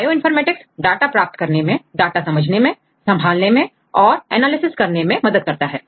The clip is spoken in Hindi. बायोइनफॉर्मेटिक्स डाटा प्राप्त करने में डाटा समझने में संभालने में और एनालिसिस करने में मदद करता है